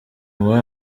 muri